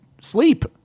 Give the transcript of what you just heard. sleep